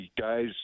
guys